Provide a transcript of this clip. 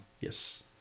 Yes